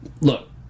Look